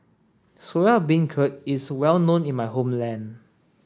Soya Beancurd is well known in my homeland